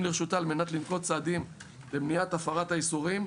לרשותה על מנת לנקוט בצעדים למניעת הפרת האיסורים,